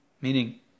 meaning